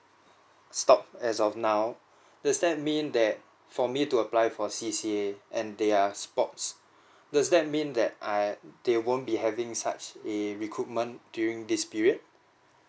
stopped as of now does that mean that for me to apply for C_C_A and there're sports does that mean that I they won't be having such a recruitment during this period